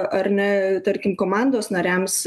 ar ne tarkim komandos nariams